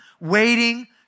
waiting